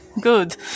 good